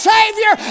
Savior